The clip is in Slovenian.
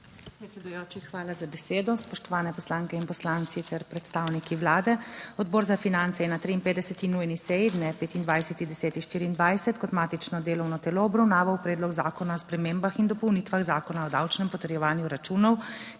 hvala za besedo. Spoštovane poslanke in poslanci ter predstavniki Vlade! Odbor za finance je na 53. nujni seji, dne 25. 10. 2024, kot matično delovno telo obravnaval Predlog zakona o spremembah in dopolnitvah Zakona o davčnem potrjevanju računov,